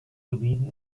gebieten